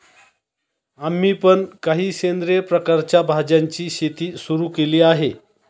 आम्ही पण काही सेंद्रिय प्रकारच्या भाज्यांची शेती सुरू केली आहे